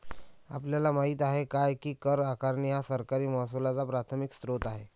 आपल्याला माहित आहे काय की कर आकारणी हा सरकारी महसुलाचा प्राथमिक स्त्रोत आहे